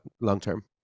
long-term